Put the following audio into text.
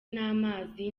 n’amazi